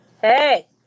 hey